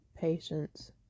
patience